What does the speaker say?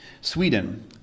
Sweden